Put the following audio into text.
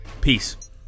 Peace